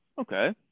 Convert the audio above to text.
Okay